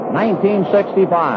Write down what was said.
1965